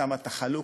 שמה את החלוק,